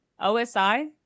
OSI